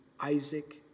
Isaac